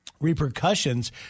repercussions